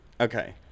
Okay